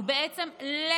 מה, לא שמענו.